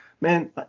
man